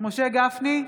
משה גפני,